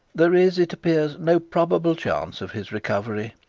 there is, it appears, no probable chance of his recovery.